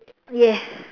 yeah